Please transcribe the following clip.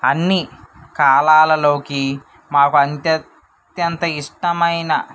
అన్ని కాలాలలోకి మాకు అత్యంత ఇష్టమైన